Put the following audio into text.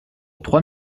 trois